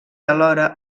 alhora